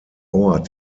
ort